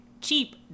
cheap